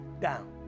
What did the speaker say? down